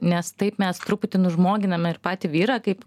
nes taip mes truputį nužmoginame ir patį vyrą kaip